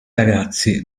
ragazzi